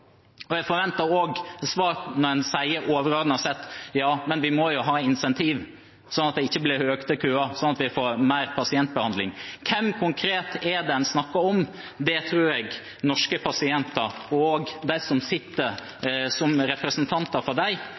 om. Jeg forventer også svar når en sier, overordnet sett: Ja, men vi må jo ha incentiver, slik at det ikke blir lengre køer, slik at vi får mer pasientbehandling. Hvem konkret er det en snakker om? Det tror jeg norske pasienter og de som sitter som representanter